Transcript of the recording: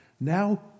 Now